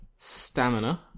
Stamina